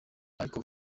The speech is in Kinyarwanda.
ariko